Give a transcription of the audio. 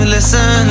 Listen